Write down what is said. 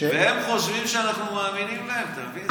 והם חושבים שאנחנו מאמינים להם, אתה מבין?